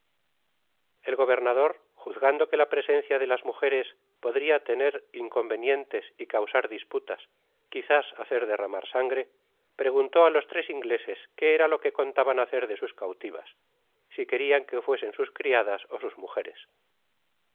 el gobernador juzgando que la presencia de las mujeres podria tener inconvenientes y causar dispulas quizás hacer derramar sangre preguntó á los tres ingleses qué ra lo que contaban hacer de sus canlivas si querian que fuesen sus criadas ó sus mujeres